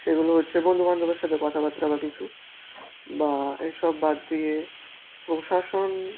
সেগুলো হচ্ছে বন্ধুবান্ধবের সাথে কথাবার্তা বা কিছু বা এসব বাদ দিয়ে প্রশাসন